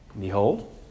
Behold